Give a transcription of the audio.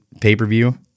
pay-per-view